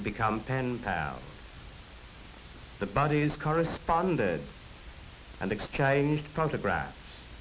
to become pen pals the buddies corresponded and exchanged prompted bra